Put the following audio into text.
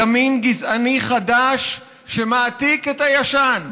ימין גזעני חדש שמעתיק את הישן,